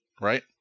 right